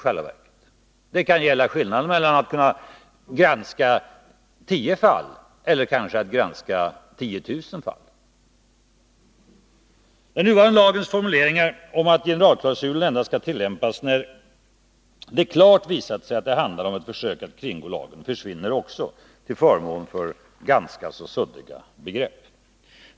Det kan gälla skillnaden mellan att granska tio fall och att granska kanske tiotusen fall. Den nuvarande lagens formuleringar om att generalklausulen endast skall tillämpas när det klart visats att det handlar om försök att kringgå lagen försvinner till förmån för ganska suddiga begrepp.